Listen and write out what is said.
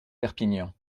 perpignan